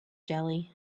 jelly